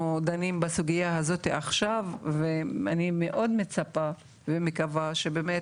דנים בסוגייה הזאתי עכשיו ואני מאוד מצפה ומקווה שבאמת